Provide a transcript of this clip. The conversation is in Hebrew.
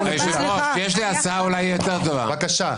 בבקשה.